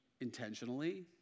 intentionally